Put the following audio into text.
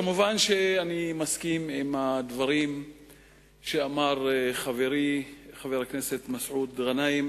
מובן שאני מסכים עם הדברים שאמר חברי חבר הכנסת מסעוד גנאים.